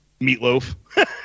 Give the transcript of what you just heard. Meatloaf